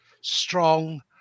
strong